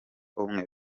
umwe